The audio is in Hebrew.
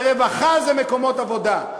ורווחה זה מקומות עבודה.